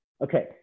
Okay